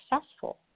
successful